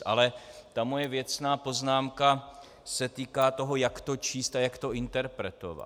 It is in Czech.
Ale moje věcná poznámka se týká toho, jak to číst a jak to interpretovat.